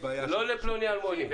לא לפלוני אלמוני.